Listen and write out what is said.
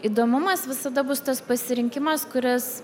įdomumas visada bus tas pasirinkimas kuris